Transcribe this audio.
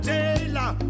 Taylor